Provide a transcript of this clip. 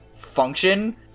function